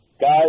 Guys